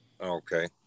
Okay